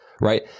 right